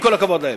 עם כל הכבוד להם,